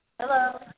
Hello